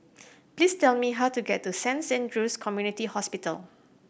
please tell me how to get to Saint Andrew's Community Hospital